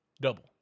double